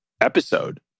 episode